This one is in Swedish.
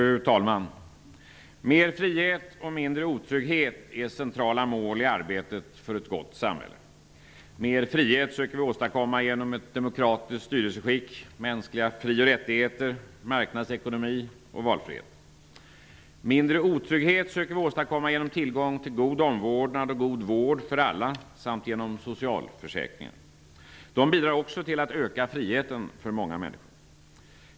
Fru talman! Mer frihet och mindre otrygghet är centrala mål i arbetet för ett gott samhälle. Mer frihet söker vi åstadkomma genom ett demokratiskt styrelseskick, mänskliga fri och rättigheter, marknadsekonomi och valfrihet. Mindre otrygghet söker vi åstadkomma genom tillgång till god omvårdnad och god vård för alla samt genom socialförsäkringar. De bidrar också till att öka friheten för många människor.